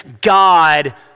God